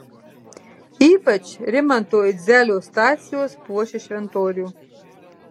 ypač rimanto idzelio stacijos puošia šventorių